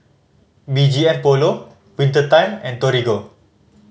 B G M Polo Winter Time and Torigo